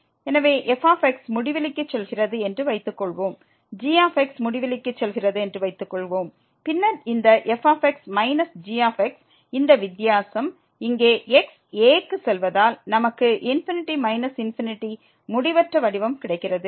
எனவே f முடிவிலிக்கு செல்கிறது என்று வைத்துக்கொள்வோம் g முடிவிலிக்கு செல்கிறது என்று வைத்துக்கொள்வோம் பின்னர் இந்த f மைனஸ் g இந்த வித்தியாசம் இங்கே x a க்கு செல்வதால் நமக்கு ∞∞ முடிவற்ற வடிவம் கிடைக்கிறது